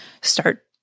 start